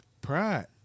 Pride